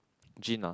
Gina